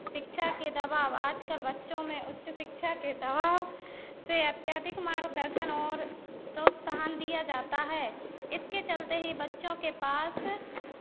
शिक्षा के दबाव आज कल बच्चों में उच्च शिक्षा के दबाव से अत्यधिक मार्गदर्शन और प्रोत्साहन दिया जाता है इसके चलते ही बच्चों के पास